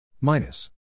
minus